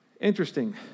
interesting